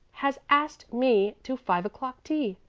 has asked me to five o'clock tea.